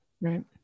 Right